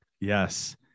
Yes